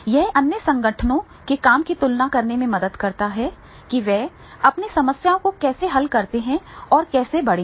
यह अन्य संगठनों के काम की तुलना करने में मदद करता है कि वे अपनी समस्याओं को कैसे हल करते हैं और वे कैसे बढ़े हैं